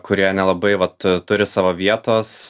kurie nelabai vat turi savo vietos